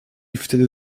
wtedy